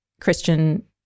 Christian